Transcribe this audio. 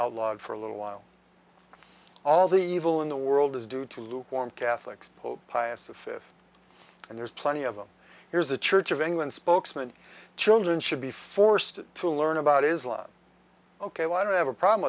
lot for a little while all the evil in the world is due to lukewarm catholics pope pius the fifth and there's plenty of them here's a church of england spokesman children should be forced to learn about islam ok i don't have a problem